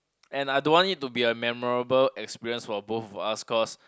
and I don't want it to be a memorable experience for both of us because